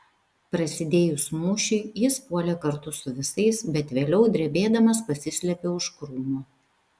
prasidėjus mūšiui jis puolė kartu su visais bet vėliau drebėdamas pasislėpė už krūmo